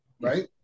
Right